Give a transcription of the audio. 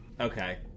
Okay